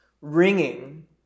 ringing